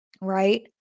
right